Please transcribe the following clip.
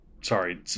sorry